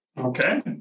Okay